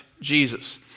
Jesus